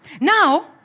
Now